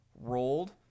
rolled